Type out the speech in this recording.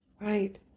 Right